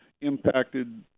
impacted